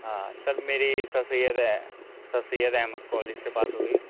ہاں سر میری sir Syed sir Syed Ahmad college سے بات ہو رہی ہے